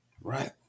right